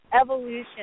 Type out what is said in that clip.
evolution